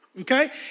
okay